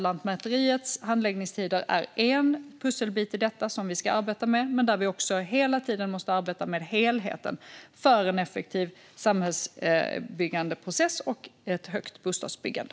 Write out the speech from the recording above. Lantmäteriets handläggningstider är en pusselbit i detta, och den vi ska arbeta med - men vi måste också hela tiden arbeta med helheten för att få en effektiv samhällsbyggande process och ett högt bostadsbyggande.